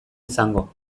izango